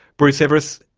bruce everiss,